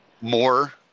more